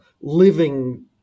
living